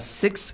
six